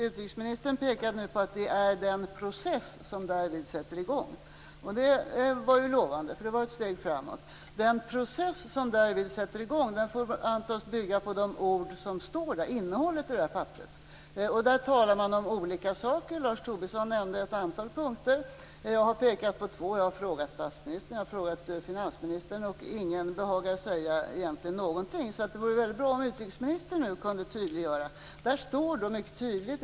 Utrikesministern pekar nu på den process som därvid sätter i gång, och det var ju lovande. Det var ett steg framåt. Denna process får antas bygga på de ord som står i det här papperet. Där talar man om olika saker. Lars Tobisson nämnde ett antal punkter; jag har pekat på två. Jag har frågat statsministern, jag har frågat finansministern och ingen behagar egentligen säga någonting. Det vore alltså väldigt bra om utrikesministern nu kunde tydliggöra detta.